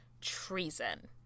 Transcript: treason